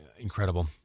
Incredible